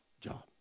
job